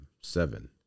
seven